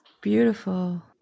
Beautiful